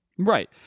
Right